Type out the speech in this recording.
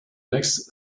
next